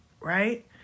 right